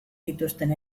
dituzten